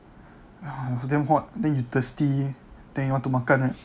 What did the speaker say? ah it's damn hot then you thirsty then you want to makan right